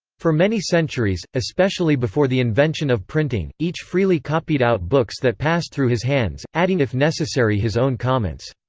for many centuries, especially before the invention of printing, each freely copied out books that passed through his hands, adding if necessary his own comments.